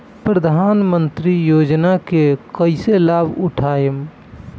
प्रधानमंत्री योजना के कईसे लाभ उठाईम?